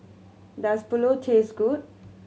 does Pulao taste good